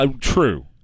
true